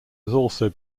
also